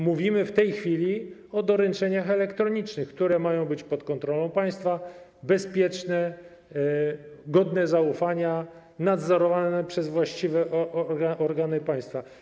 Mówimy w tej chwili o doręczeniach elektronicznych, które mają być pod kontrolą państwa, bezpieczne, godne zaufania, nadzorowane przez właściwe organy państwa.